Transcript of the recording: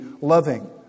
loving